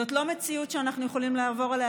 זאת לא מציאות שאנחנו יכולים לעבור עליה